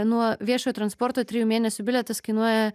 nuo viešojo transporto trijų mėnesių bilietas kainuoja